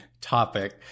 topic